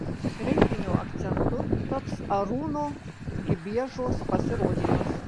renginio akcentu taps arūno gibiežos pasirodymas